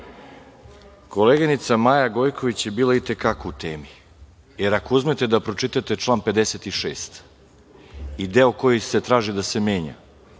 koleginica Maja Gojković je bila i te kako u temi, jer ako uzmete da pročitate član 56. i deo koji se traži da se menja,